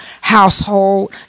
household